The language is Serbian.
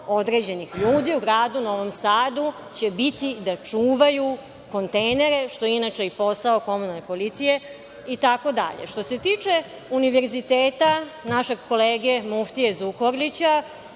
određenih ljudi u gradu Novom Sadu će biti da čuvaju kontejnere, što je inače posao komunalne policije. Što se tiče Univerziteta našeg kolege muftije Zukorlića,